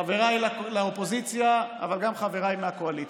חבריי לאופוזיציה אבל גם חבריי מהקואליציה: